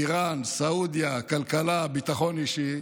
איראן, סעודיה, כלכלה וביטחון אישי.